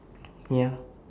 ya